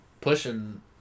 pushing